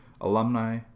alumni